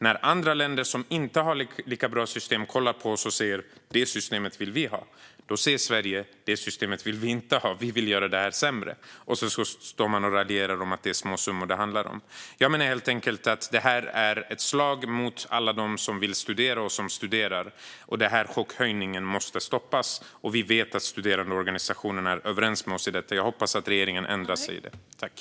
När andra länder som inte har lika bra system kollar på Sverige och säger att de vill ha vårt system, då säger vi att vi inte vill ha det längre utan göra det sämre och raljerar om att det handlar om småsummor. Jag menar att det här är ett slag mot alla dem som vill studera och studerar. Denna chockhöjning måste stoppas, och studentorganisationerna är överens med oss här. Jag hoppas att regeringen ändrar sig.